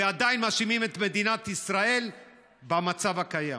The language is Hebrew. ועדיין מאשימים את מדינת ישראל במצב הקיים.